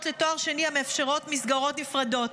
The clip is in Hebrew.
לתואר שני המאפשרות מסגרות נפרדות.